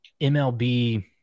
mlb